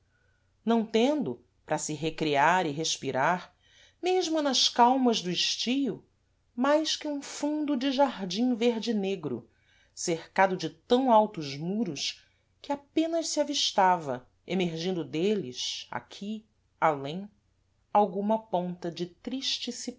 não tendo para se recrear e respirar mesmo nas calmas do estio mais que um fundo de jardim verde negro cercado de tam altos muros que apenas se avistava emergindo dêles aqui alêm alguma ponta de triste